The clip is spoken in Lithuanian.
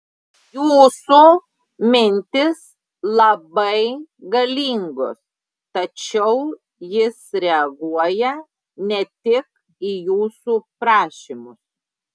jūsų mintys labai galingos tačiau jis reaguoja ne tik į jūsų prašymus